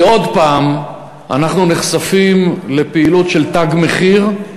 כי עוד פעם אנחנו נחשפים לפעילות של "תג מחיר",